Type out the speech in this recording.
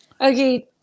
Okay